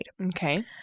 Okay